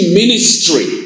ministry